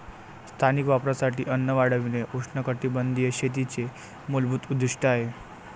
स्थानिक वापरासाठी अन्न वाढविणे उष्णकटिबंधीय शेतीचे मूलभूत उद्दीष्ट आहे